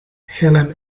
helene